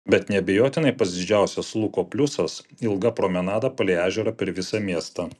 bet neabejotinai pats didžiausias luko pliusas ilga promenada palei ežerą per visą miestą